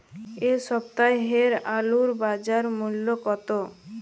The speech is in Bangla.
এ সপ্তাহের আলুর বাজার মূল্য কত?